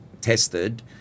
tested